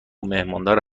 مهماندار